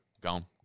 Gone